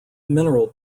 mineral